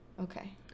Okay